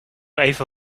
even